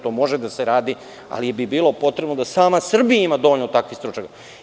To može da se radi, ali bi bilo potrebno da sama Srbija ima dovoljno takvih stručnjaka.